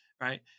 right